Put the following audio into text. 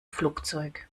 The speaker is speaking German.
flugzeug